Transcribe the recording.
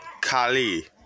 Kali